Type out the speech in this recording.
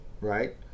right